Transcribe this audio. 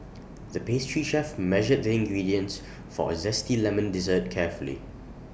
the pastry chef measured the ingredients for A Zesty Lemon Dessert carefully